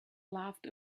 laughed